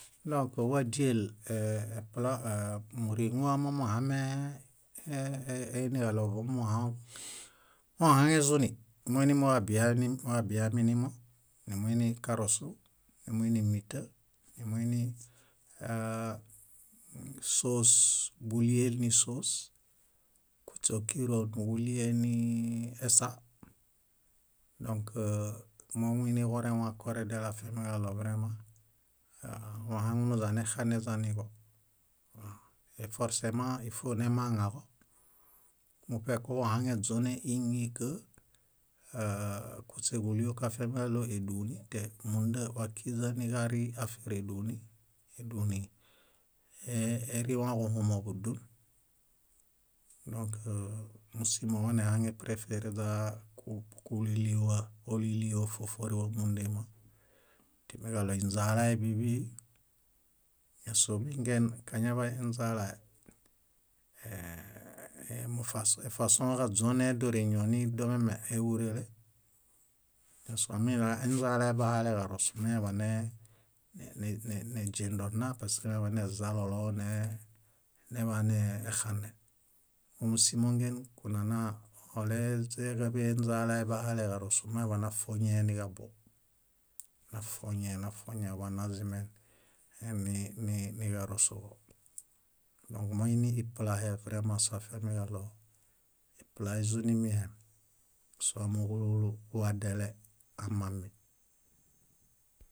. Nákowadiel epla múriŋuwa momuhame e- einiġaɭo momuhaŋ- mohaŋezuni, moinimowabiayani wabiayaminimo. Nimuini karosu, nimuini míta, nimuini áa- sóos búlienisoos, kuśe ókironiġulie niiesa. Dõk momuiniorẽwa koredele afiamiġaɭo vremã wahaŋunuźanexaneźaniġo eforsemã ifonemaŋaġo. Muṗe koġuhaŋeźonen íñi k áa- kúśeġulio koafiamiġaɭo éduni te múnda wákiźaniġarii ni afer éduni, éduni erĩwaġuhuumo búdun. Dõk mósimo wanehaŋeprefereźa ku- kúliliwa, ólilio fóforewa múndema, timiġaɭo inźalae bíḃi. ñásoo miingen kañaḃaenźalae, ee- efasõġaźonee dóreñoo nidomiame éġurele. Ñásoo aminila enźalae bahaleġarosu meñeḃanee néźendo nna pask eñeḃanezalolo, ne- neḃaneexane. Mómusimongen kunana óleźeġaḃe enźalae bahaleġarosu mañaḃanefuoñẽe niġabuob, nafuoñẽe, nafuoñẽe oḃanazimeniġarosu. Dõk moiniiplahe vremã soafiamiġaɭo iplaizunimihem, soamooġo úlu úlu wadele amami.